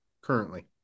currently